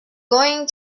going